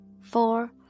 four